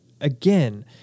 again